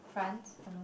France !han nor!